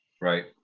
Right